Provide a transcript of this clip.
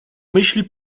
myśl